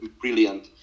brilliant